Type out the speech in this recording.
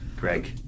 Greg